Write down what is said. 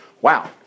Wow